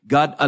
God